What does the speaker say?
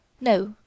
No